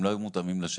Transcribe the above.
הם לא היו מותאמים לשטח.